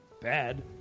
bad